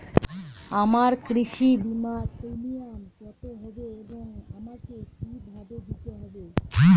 আমার কৃষি বিমার প্রিমিয়াম কত হবে এবং আমাকে কি ভাবে দিতে হবে?